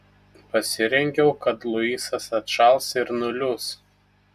pasirengiau kad luisas atšals ir nuliūs